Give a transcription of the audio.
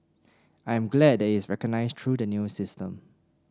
I'm glad that is recognised through the new system